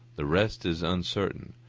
the rest is uncertain,